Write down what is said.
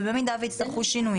במידה ויצטרכו שינויים,